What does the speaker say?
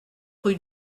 rue